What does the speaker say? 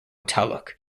taluk